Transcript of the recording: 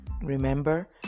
Remember